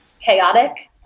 chaotic